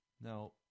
Now